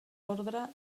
orde